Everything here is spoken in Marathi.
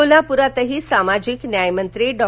कोल्हापरात सामाजिक न्यायमंत्री डॉ